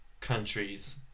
countries